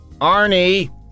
Arnie